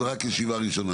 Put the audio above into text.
זאת רק ישיבה ראשונה,